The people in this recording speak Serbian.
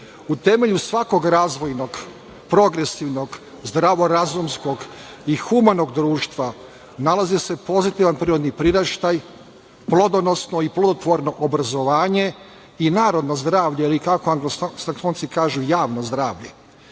u temelju svakog razvojnog, progresivnog, zdravorazumskog i humanog društva nalaze se pozitivan prirodni priraštaj, plodonosno i plodotvorno obrazovanje i narodno zdravlje ili, kako anglosaksonci kažu, javno zdravlje. Ukoliko